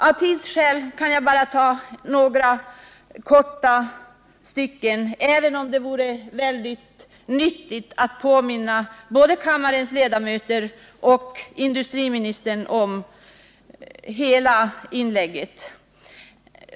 Av tidsskäl kan jag bara anföra några korta stycken, även om det hade varit mycket nyttigt att påminna både kammarens ledamöter och industriministern om allt vad som sades i det inlägget.